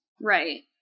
Right